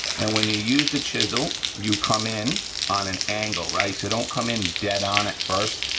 and when you use the chisel, you come in on an angle, right? so don't come in dead-on at first,